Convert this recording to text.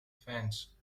fence